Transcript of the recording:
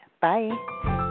Bye